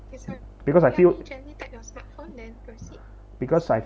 because I feel because I